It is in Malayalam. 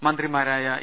മന്ത്രിമാരായ ഇ